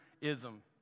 ism